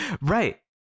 Right